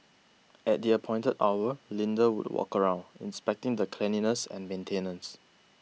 at the appointed hour Linda would walk around inspecting the cleanliness and maintenance